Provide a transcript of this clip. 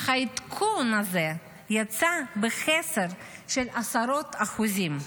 אך העדכון הזה יצא בחסר של עשרות אחוזים.